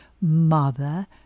mother